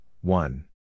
one